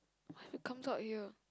what if it comes out here